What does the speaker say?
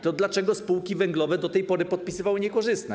To dlaczego spółki węglowe do tej pory podpisywały niekorzystne?